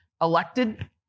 elected